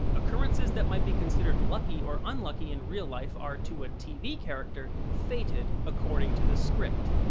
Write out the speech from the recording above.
occurrences that might be considered lucky or unlucky in real life are, to a tv character, fated according to the script.